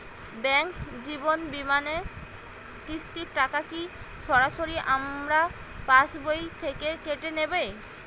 Bank জীবন বিমার কিস্তির টাকা কি সরাসরি আমার পাশ বই থেকে কেটে নিবে?